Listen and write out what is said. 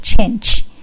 change